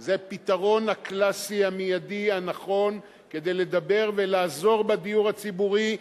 זה הפתרון הקלאסי המיידי הנכון כדי לדבר ולעזור בדיור הציבורי,